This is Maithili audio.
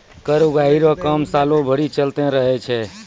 कर उगाही रो काम सालो भरी चलते रहै छै